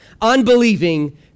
unbelieving